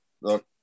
look